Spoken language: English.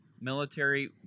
military